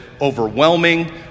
overwhelming